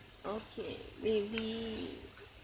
okay maybe